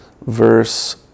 verse